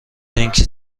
اینکه